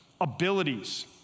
abilities